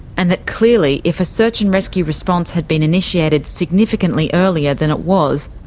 and that clearly if a search and rescue response had been initiated significantly earlier than it was,